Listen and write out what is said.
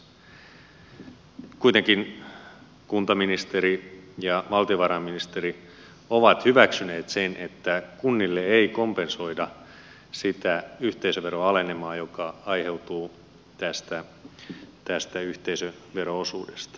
kuitenkin kuntaministeri ja valtiovarainministeri ovat hyväksyneet sen että kunnille ei kompensoida sitä yhteisöveroalenemaa joka aiheutuu tästä yhteisövero osuudesta